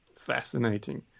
fascinating